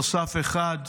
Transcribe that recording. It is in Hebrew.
נוסף אחד,